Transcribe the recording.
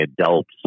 adults